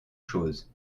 choses